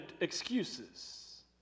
excuses